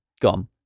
gone